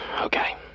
Okay